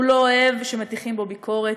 הוא לא אוהב שמטיחים בו ביקורת,